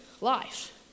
life